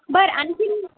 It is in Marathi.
बरं आणखी